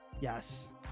Yes